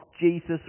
Jesus